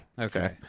Okay